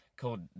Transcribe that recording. called